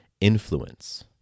influence